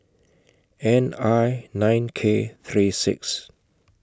N I nine K three six